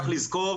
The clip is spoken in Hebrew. צריך לזכור,